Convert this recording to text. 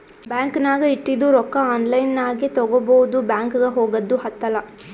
bank ನಾಗ್ ಇಟ್ಟಿದು ರೊಕ್ಕಾ ಆನ್ಲೈನ್ ನಾಗೆ ತಗೋಬೋದು ಬ್ಯಾಂಕ್ಗ ಹೋಗಗ್ದು ಹತ್ತಲ್